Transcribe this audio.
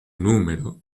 número